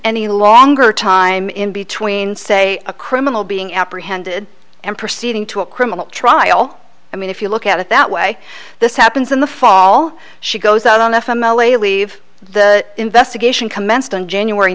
any longer time in between say a criminal being apprehended and proceeding to a criminal trial i mean if you look at it that way this happens in the fall she goes out on f m l a leave the investigation commenced on january